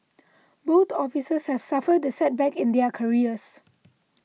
both officers have suffered the setback in their careers